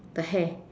the hair